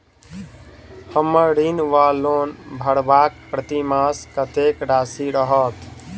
हम्मर ऋण वा लोन भरबाक प्रतिमास कत्तेक राशि रहत?